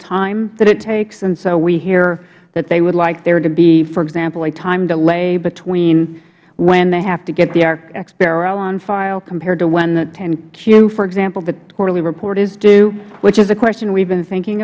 time that it takes and so we hear that they would like there to be for example a time delay between when they have to get the xbrl on file compared to when the q for example the quarterly report is due which is a question we've been thinking